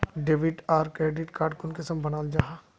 Debit आर credit card कुंसम बनाल जाहा?